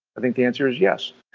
i think the answer is yes.